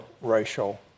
racial